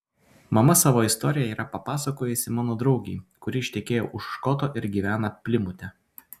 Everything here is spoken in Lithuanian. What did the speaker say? mama savo istoriją yra papasakojusi mano draugei kuri ištekėjo už škoto ir gyvena plimute